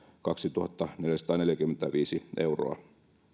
kaksituhattaneljäsataaneljäkymmentäviisi euroa